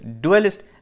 dualist